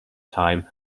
time